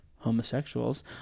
homosexuals